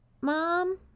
Mom